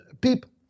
people